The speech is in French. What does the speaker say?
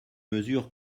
mesure